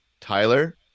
Tyler